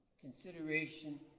consideration